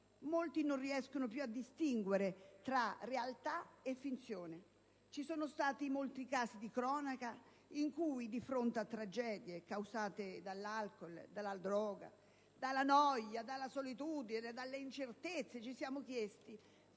Molti non riescono più a distinguere tra realtà e finzione. Ci sono stati molti casi di cronaca in cui, di fronte a tragedie causate dall'alcol, dalla droga, dalla noia, dalla solitudine, dalle incertezze, ci siamo chiesti: